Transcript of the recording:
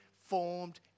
formed